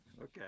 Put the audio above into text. Okay